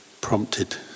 prompted